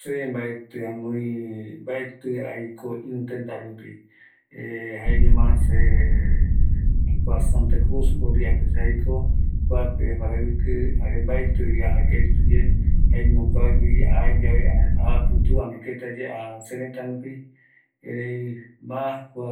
﻿Se mbaeti anoi, mbaeti aiko irü tëta rupi jaeñoma se kua Santa Cruz boliviape se aiko, kuape aparaviki, jare mbaetivi aja ketiye, jaeño kuagui aëyae aja aputu, ani keti ajayae, aja seretap rupi, erei ma kua